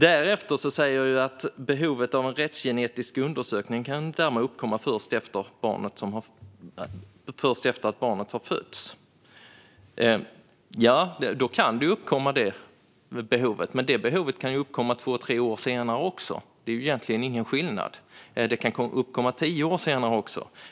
Därefter säger utredningen att behovet av en rättsgenetisk undersökning därmed kan uppkomma först efter att barnet har fötts. Ja, då kan detta behov uppkomma. Men detta behov kan uppkomma två tre år senare också. Det är egentligen ingen skillnad. Det kan uppkomma tio år senare också.